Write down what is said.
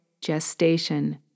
gestation